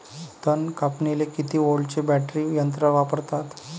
तन कापनीले किती व्होल्टचं बॅटरी यंत्र वापरतात?